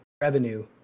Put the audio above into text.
revenue